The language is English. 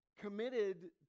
committed